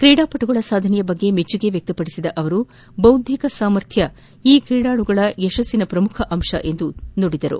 ಕ್ರೀಡಾಪಟುಗಳ ಸಾಧನೆಯ ಬಗ್ಗೆ ಮೆಚ್ಚುಗೆ ವ್ಯಕ್ತಪಡಿಸಿದ ಅವರು ಬೌದ್ದಿಕ ಸಾಮರ್ಥ್ಯ ಈ ಕ್ರೀಡಾಳುಗಳ ಯಶಸ್ಸಿನ ಪ್ರಮುಖ ಅಂಶ ಎಂದು ನುಡಿದರು